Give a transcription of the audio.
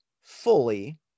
fully